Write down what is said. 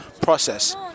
process